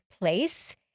place